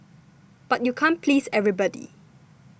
but you can't please everybody